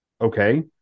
okay